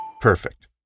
Perfect